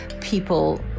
people